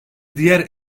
diğer